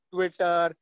Twitter